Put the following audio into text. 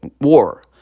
war